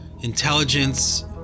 intelligence